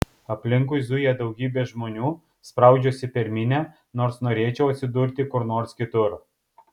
aplinkui zuja daugybė žmonių spraudžiuosi per minią nors norėčiau atsidurti kur nors kitur